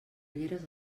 ulleres